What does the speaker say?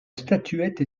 statuette